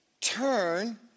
Turn